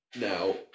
Now